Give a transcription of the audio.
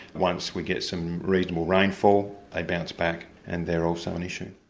once we get some reasonable rainfall, they bounce back, and they're also an issue.